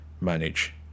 manage